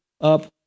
up